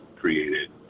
created